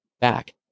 Back